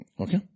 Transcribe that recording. Okay